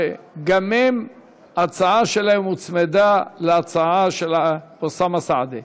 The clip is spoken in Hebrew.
שגם ההצעה שלהם הוצמדה להצעה של אוסאמה סעדי.